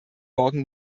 morgen